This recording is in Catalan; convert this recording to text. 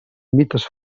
mites